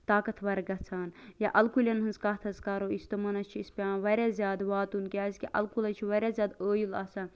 طاقتور گَژھان یا اَلہ کُلیٚن ہٕنٛز کتھ کرو تمن حظ چھ اَصہِ پیٚوان واریاہ زیاد واتُن کیاز الہٕ کُل حظ چھُ واریاہ زیادٕ ٲویُل آسان